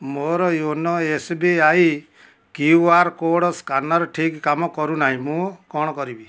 ମୋର YONO S B I Q R code scanner ଠିକ୍ କାମ କରୁନାହିଁ ମୁଁ କ'ଣ କରିବି